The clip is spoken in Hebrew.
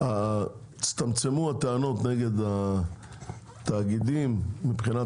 הצטמצמו הטענות נגד התאגידים מבחינת